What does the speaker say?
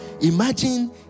Imagine